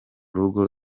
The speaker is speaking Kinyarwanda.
rugo